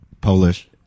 Polish